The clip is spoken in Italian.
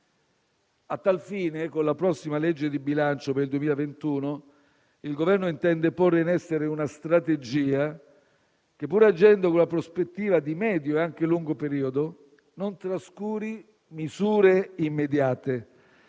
A tal fine, con la prossima legge di bilancio per il 2021, il Governo intende porre in essere una strategia che, pur agendo con una prospettiva di medio e anche lungo periodo, non trascuri misure immediate: